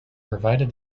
provided